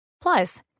Plus